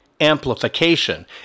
amplification